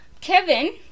Kevin